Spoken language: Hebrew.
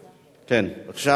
כן, בעד,